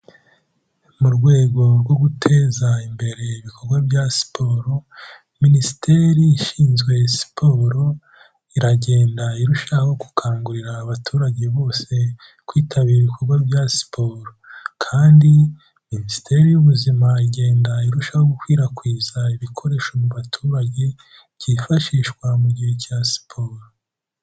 Mu rwego rwo guteza imbere ibikorwa bya siporo, Minisiteri ishinzwe siporo, iragenda irushaho gukangurira abaturage bose, kwitabira ibikorwa bya siporo kandi Minisiteri y'Ubuzima igenda irushaho gukwirakwiza ibikoresho mu baturage, byifashishwa mu gihe cya siporo.